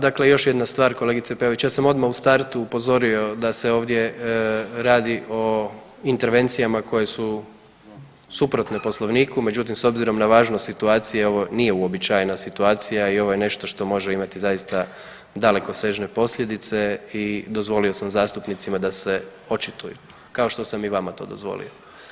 Dakle, još jedna stvar kolegice Peović, ja sam odmah u startu upozorio da se ovdje radi o intervencijama koje su suprotne Poslovniku, međutim s obzirom na važnost situacije ovo nije uobičajena situacija i ovo je nešto što može imati zaista dalekosežne posljedice i dozvolio sam zastupnicima da se očituju, kao što sam i vama to dozvolio.